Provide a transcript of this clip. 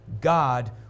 God